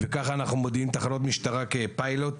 וככה אנחנו מודיעים תחנות משטרה כפיילוט.